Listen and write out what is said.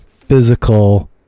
physical